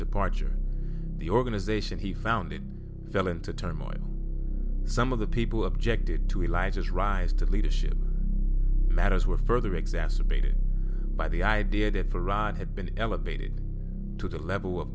departure the organization he founded fell into turmoil some of the people who objected to elijah's rise to leadership matters were further exacerbated by the idea that for ron had been elevated to the level of